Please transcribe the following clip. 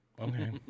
Okay